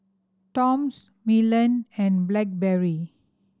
Toms Milan and Blackberry